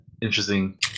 interesting